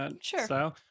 Sure